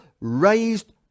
raised